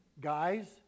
Guys